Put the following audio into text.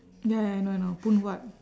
ya ya I know I know phoon huat